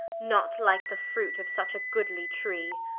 not like the fruit of such a goodly tree.